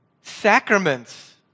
sacraments